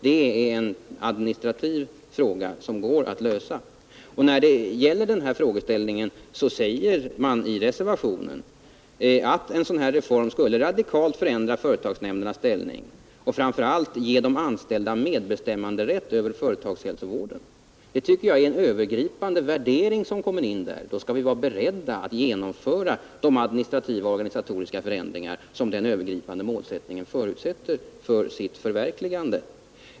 Det är en administrativ fråga som går att lösa. Reservanterna säger också att en sådan reform radikalt skulle förändra företagsnämndernas ställning och framför allt ge de anställda medbestämmanderätt över företagshälsovården. Där kommer en övergripande värdering in. Då skall vi vara beredda att genomföra de administrativa och organisatoriska förändringar som den övergripande målsättningen förutsätter för sitt förverkligande.